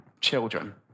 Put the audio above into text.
children